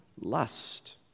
lust